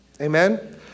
Amen